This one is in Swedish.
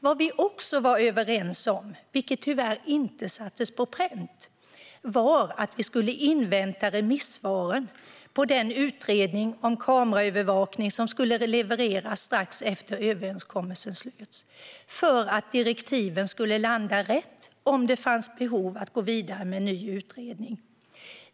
Vad vi också var överens om, vilket tyvärr inte sattes på pränt, var att vi skulle invänta remissvaren på den utredning om kameraövervakning som skulle levereras strax efter att överenskommelsen slöts för att direktiven skulle landa rätt om det fanns behov av att gå vidare med en ny utredning.